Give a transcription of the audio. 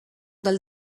del